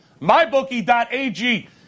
MyBookie.ag